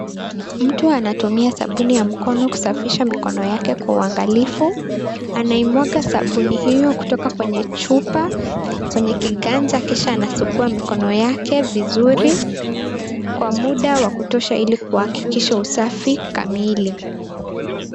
Mtu anatumia sabuni ya mikono kusafisha mikono yake kwa uangalifu. Anamwaga sabuni hiyo kutoka kwenye chupa kwenye kiganja kisha anasugua mikono yake vizuri kwa muda wa kutosha ili kuhakikisha usafi kamili.